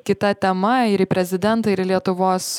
kita tema ir į prezidentą ir į lietuvos